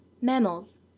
Mammals